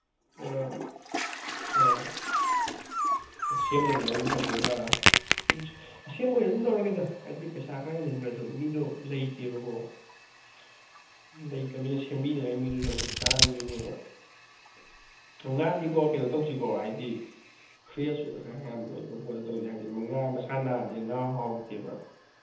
ꯑꯥ ꯑꯥ ꯁꯦꯝꯗꯕ ꯂꯧꯕꯅ ꯐꯗꯣꯏꯔꯥ ꯑꯁꯦꯝꯕ ꯑꯣꯏꯅ ꯑꯗꯨꯝ ꯂꯧꯔꯒꯦꯗ ꯍꯥꯏꯗꯤ ꯄꯩꯁꯥ ꯈꯔ ꯍꯦꯟꯖꯤꯟꯒ꯭ꯔꯁꯨ ꯃꯤꯗꯣ ꯂꯩꯇꯦꯕꯀꯣ ꯂꯩꯇꯝꯅꯤꯅ ꯁꯦꯝꯕꯤꯅꯤꯉꯥꯏ ꯃꯤꯗꯨꯁꯨ ꯑꯃꯨꯛ ꯇꯥꯡꯗꯣꯏꯅꯦꯕ ꯉꯥꯗꯤꯀꯣ ꯀꯩꯅꯣ ꯇꯧꯁꯤꯀꯣ ꯍꯥꯏꯗꯤ ꯐ꯭ꯔꯦꯁ ꯑꯣꯏꯕ ꯌꯥꯝꯅ ꯑꯣꯏꯕꯅ ꯇꯧꯁꯤ ꯍꯥꯏꯗꯤ ꯉꯥ ꯃꯁꯥ ꯅꯥꯕꯁꯦ ꯉꯥ ꯍꯥꯎꯇꯦꯕ